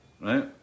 right